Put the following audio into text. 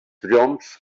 triomfs